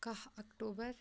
کَہہ اَکٹوٗبَر